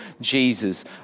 Jesus